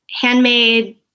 handmade